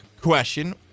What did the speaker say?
question